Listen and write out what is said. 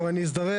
איזה דברים